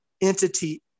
entity